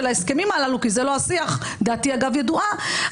ההסכמים הללו כי זה לא השיח ודעתי ידועה,